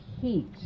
heat